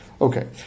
Okay